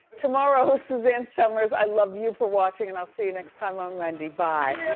tomorrow, suzanne somers, i love you for watching and i'll see you next time on wendy, bye.